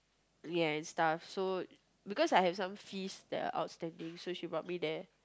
ya and stuff and so because I have some fees that are outstanding so she brought me there